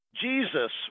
Jesus